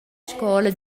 scola